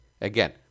Again